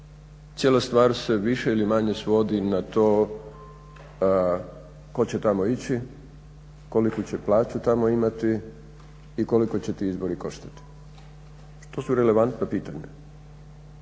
Cijela stvar se više ili manje svodi na to ko će tamo ići, koliku će plaću tamo imati i koliko će ti izbori koštati? To su relevantna pitanja,